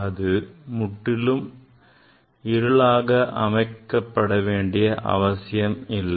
அது முற்றிலும் இருளாக அமைக்கப்பட வேண்டிய அவசியம் இல்லை